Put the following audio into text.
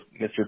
Mr